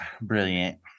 Brilliant